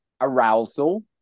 arousal